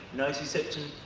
nociception,